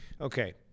okay